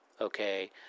Okay